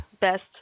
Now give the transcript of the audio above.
best